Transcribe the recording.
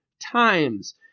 times